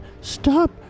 stop